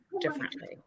differently